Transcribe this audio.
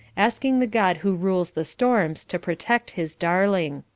asking the god who rules the storms to protect his darling.